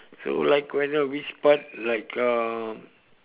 so like why not which part like uh